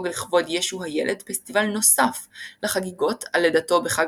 לכבוד ישו הילד פסטיבל נוסף לחגיגות על לידתו בחג